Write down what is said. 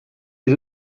les